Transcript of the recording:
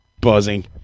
buzzing